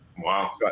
Wow